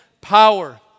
power